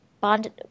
Bond